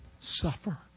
suffer